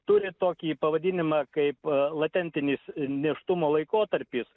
turi tokį pavadinimą kaip latentinis nėštumo laikotarpis